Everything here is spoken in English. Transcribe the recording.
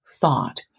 thought